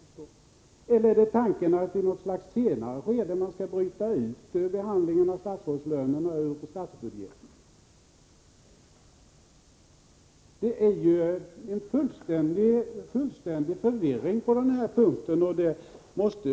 Eller är tanken att man i ett senare skede skall bryta ut behandlingen av statsrådslönerna ur statsbudgeten? Det är ju en fullständig förvirring på den här punkten.